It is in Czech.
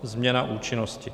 Změna účinnosti.